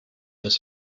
das